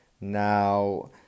now